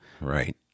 Right